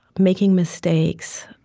making mistakes,